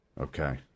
Okay